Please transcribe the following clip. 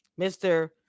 Mr